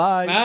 Bye